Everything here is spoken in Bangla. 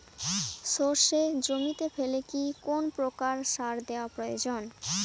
সর্ষে জমিতে ফেলে কি কোন প্রকার সার দেওয়া প্রয়োজন?